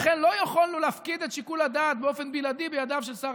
לכן לא יכולנו להפקיד את שיקול הדעת באופן בלעדי בידיו של שר